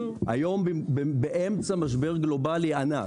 היום באמצע משבר גלובלי ענק,